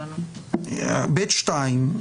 2(ב)(2),